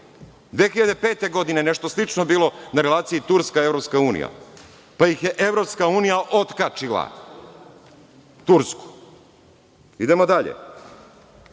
2005. je nešto slično bilo na relaciji Turska-Evropska unija, pa je Evropska unija otkačila Tursku. Ratifikacija